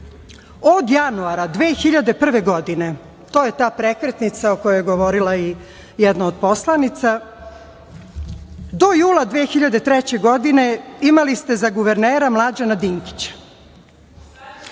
januara 2001. godine, to je ta prekretnica o kojoj je govorila i jedna od poslanica, do jula 2003. godine imali ste za guvernera Mlađana Dinkića.